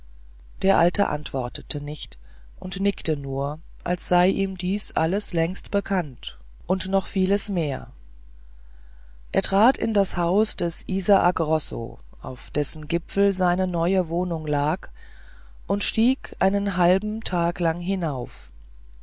der alte antwortete nichts und nickte nur als sei ihm dieses alles längst bekannt und noch vieles mehr er trat in das haus des isaak rosso auf dessen gipfel seine neue wohnung lag und stieg einen halben tag lang hinauf